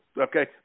Okay